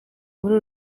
muri